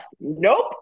nope